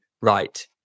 right